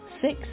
Six